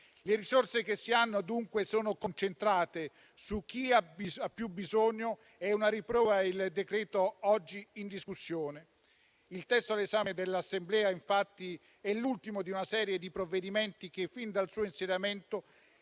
Le risorse che si hanno, dunque, sono concentrate su chi ha più bisogno e ne è una riprova il decreto-legge oggi in discussione. Il testo all'esame dell'Assemblea, infatti, è l'ultimo di una serie di provvedimenti che fin dal suo insediamento